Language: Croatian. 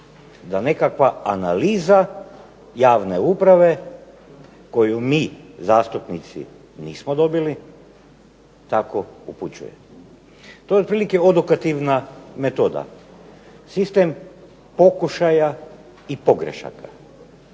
Da nekakva analiza javne uprave koju mi zastupnici nismo dobili tako upućuje. To je otprilike odokativna metoda. Sistem pokušaja i pogrešaka.